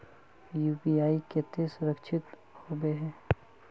UPI केते सुरक्षित होबे है?